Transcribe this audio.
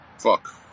fuck